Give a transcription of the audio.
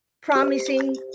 promising